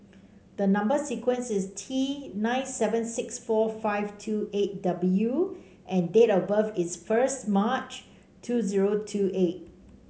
number sequence is T nine seven six four five two eight W and date of birth is first March two zero two eight